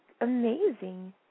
amazing